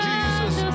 Jesus